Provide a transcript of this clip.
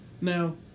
Now